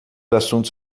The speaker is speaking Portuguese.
assuntos